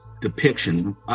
depiction